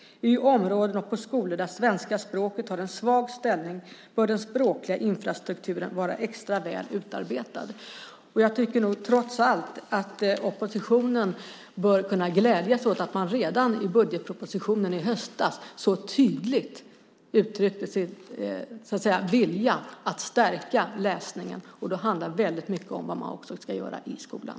I områden och på skolor där svenska språket har en svag ställning bör den språkliga infrastrukturen vara extra väl utarbetad." Jag tycker trots allt att oppositionen bör kunna glädjas åt att man redan i budgetpropositionen i höstas så tydligt uttryckte sin vilja att stärka läsningen. Det handlar väldigt mycket också om vad man ska göra i skolan.